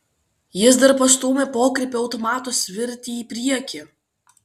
jis dar pastūmė pokrypio automato svirtį į priekį